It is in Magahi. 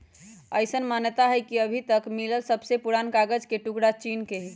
अईसन मानता हई कि अभी तक मिलल सबसे पुरान कागज के टुकरा चीन के हई